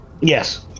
yes